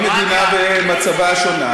כל מדינה במצבה שונה,